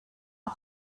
are